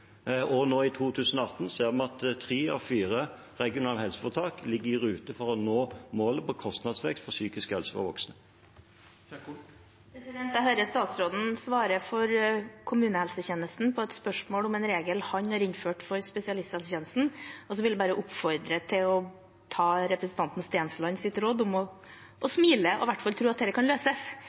I 2018 ser vi at tre av fire regionale helseforetak ligger i rute til å nå målet om kostnadsvekst innen psykisk helse når det gjelder voksne. Jeg hører statsråden svarer for kommunehelsetjenesten på et spørsmål om en regel han har innført for spesialisthelsetjenesten. Jeg vil bare oppfordre til å ta representantens Stenslands råd om å smile – og i hvert fall tro at dette kan løses.